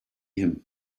him